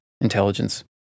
intelligence